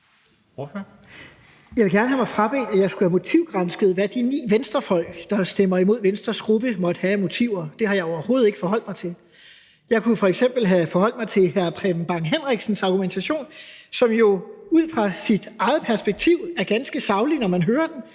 Jeg vil gerne have mig frabedt, at jeg skulle have gransket, hvad de ni venstrefolk, der stemmer imod Venstres gruppe, måtte have af motiver; det har jeg overhovedet ikke forholdt mig til. Jeg kunne f.eks. have forholdt mig til hr. Preben Bang Henriksens argumentation, som jo ud fra sit eget perspektiv er ganske saglig, når man hører den.